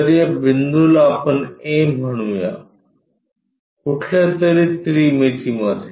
तर या बिंदूला आपण A म्हणूया कुठल्यातरी त्रिमीतीमध्ये